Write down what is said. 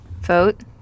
vote